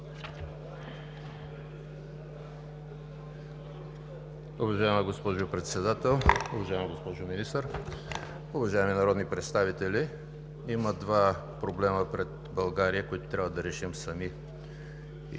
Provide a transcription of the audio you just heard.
Уважаема госпожо Председател, уважаема госпожо Министър, уважаеми народни представители! Има два проблема пред България, които трябва да решим сами и